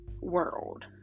world